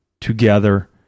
together